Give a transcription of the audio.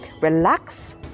relax